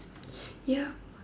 ya